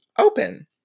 open